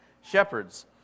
Shepherds